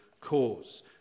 cause